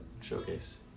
Showcase